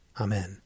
Amen